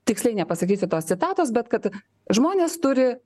tiksliai nepasakysiu tos citatos bet kad žmonės turi